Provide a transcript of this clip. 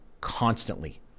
constantly